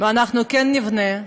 ואנחנו כן נבנה,